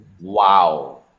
Wow